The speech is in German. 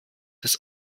des